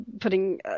putting